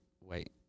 wait